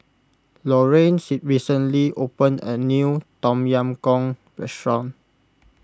Loraine recently opened a new Tom Yam Goong restaurant